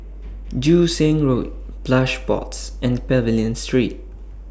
Joo Seng Road Plush Pods and Pavilion Street